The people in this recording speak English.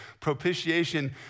Propitiation